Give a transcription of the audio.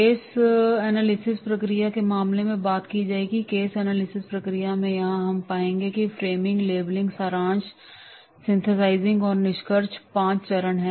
case analysis प्रक्रिया के मामले में बात की जाएगी केस एनालिसिस प्रक्रिया में यहां हम पाएंगे कि फ्रेमिंग लेबलिंग सारांश सिंथेसाइजिंग और निष्कर्ष पाँच चरण हैं